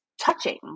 touching